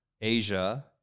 Asia